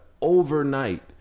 overnight